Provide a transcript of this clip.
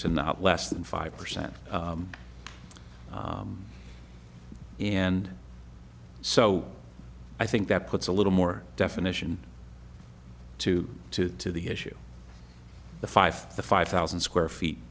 to not less than five percent and so i think that puts a little more definition to two to the issue the five to five thousand square feet